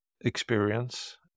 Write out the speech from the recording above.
experience